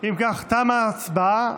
אם כך, תמה ההצבעה.